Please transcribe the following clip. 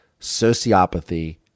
sociopathy